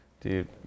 dude